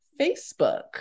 Facebook